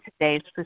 today's